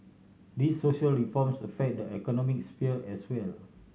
these social reforms affect the economic sphere as well